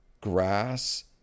grass